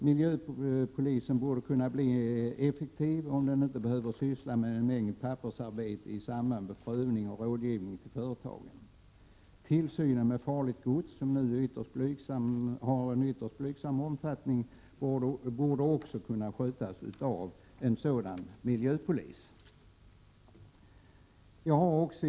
Miljöpolisen borde kunna bli effektiv, om den inte behöver syssla med en mängd pappersarbete i samband gods, som nu är av ytterst blygsam omfattning, borde också kunna skötas av en sådan miljöpolis.